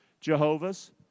Jehovah's